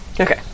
Okay